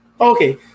okay